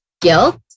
guilt